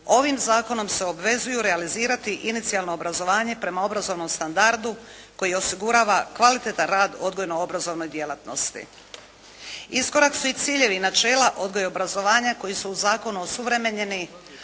Ovim zakonom se obvezuju realizirati inicijalno obrazovanje prema obrazovnom standardu koji osigurava kvalitetan rad u odgojno-obrazovnoj djelatnosti. Iskorak su i ciljevi načela odgoja i obrazovanja koji su u zakonu osuvremenjeni,